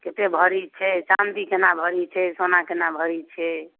कतेक भरी छै चाँदी केना भरी छै सोना केना भरी छै